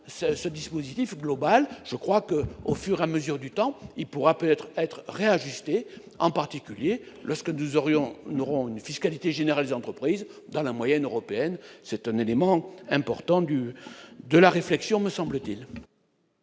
ce dispositif global, je crois que, au fur à mesure du temps, il pourra peut-être être réajustés en particulier lorsque nous aurions, nous aurons une fiscalité générale l'entreprise dans la moyenne européenne, c'est un élément important du de la réflexion, me semble-t-il.